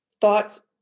thoughts